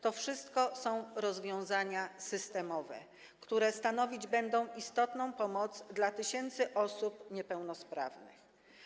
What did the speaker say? To wszystko są rozwiązania systemowe, które stanowić będą istotną pomoc dla tysięcy osób niepełnosprawnych.